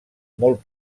molt